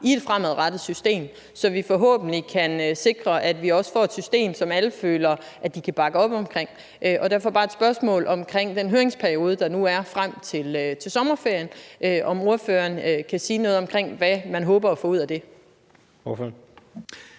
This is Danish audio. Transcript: i et fremadrettet system, så vi forhåbentlig kan sikre, at vi får et system, som alle føler de kan bakke op om. Og derfor har jeg bare et spørgsmål om den høringsperiode, der nu er frem til sommerferien: Kan ordføreren sige noget om, hvad man håber at få ud af det?